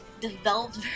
developed